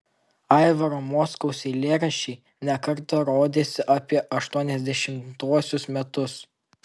aivaro mockaus eilėraščiai ne kartą rodėsi apie aštuoniasdešimtuosius metus